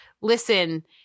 listen